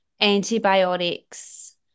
antibiotics